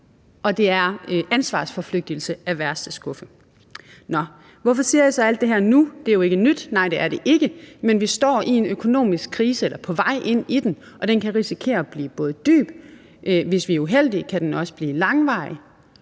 og det er ansvarsforflygtigelse af værste skuffe Nå, hvorfor siger jeg så alt det her nu? Det er jo ikke nyt. Nej, det er det ikke. Men vi står i en økonomisk krise eller er på vej ind i den, og den kan risikere at blive både dyb, og hvis vi er uheldige kan den også blive langvarig.